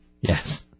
Yes